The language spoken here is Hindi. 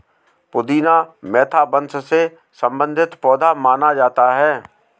पुदीना मेंथा वंश से संबंधित पौधा माना जाता है